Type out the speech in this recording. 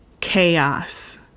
chaos